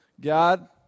God